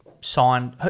signed